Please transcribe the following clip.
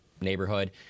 neighborhood